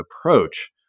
approach